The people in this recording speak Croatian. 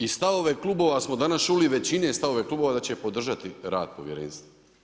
I stavove klubova smo danas čuli, većine stavove klubova, da će podržati rad povjerenstva.